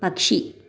పక్షి